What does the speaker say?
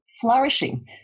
Flourishing